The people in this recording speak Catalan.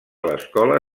l’escola